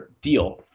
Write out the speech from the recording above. deal